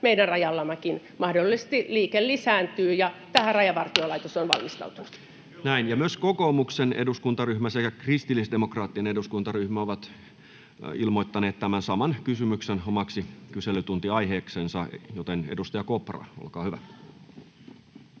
meidänkin rajallamme mahdollisesti liike lisääntyy, ja tähän Rajavartiolaitos on valmistautunut. Myös kokoomuksen eduskuntaryhmä sekä kristillisdemokraattinen eduskuntaryhmä ovat ilmoittaneet tämän saman kysymyksen omaksi kyselytuntiaiheeksensa, joten edustaja Kopra, olkaa hyvä.